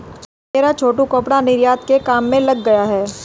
मेरा छोटू कपड़ा निर्यात के काम में लग गया है